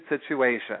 situation